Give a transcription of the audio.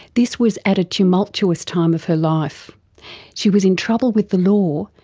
this was at a tumultuous time of her life she was in trouble with the law,